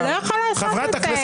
אתה לא יכול לעשות את